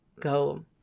go